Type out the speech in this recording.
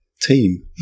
team